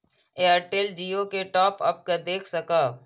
Airtel Jio के top up के देख सकब?